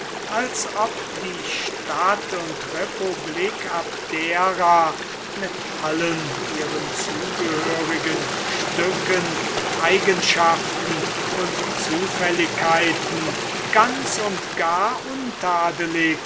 als ob die stadt und republik abdera mit allen ihren zugehörigen stücken eigenschaften und zufälligkeiten ganz und gar